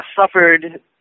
suffered